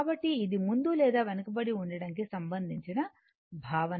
కాబట్టి ఇది ముందు లేదా వెనుకబడి ఉండడం కి సంబంధించిన భావన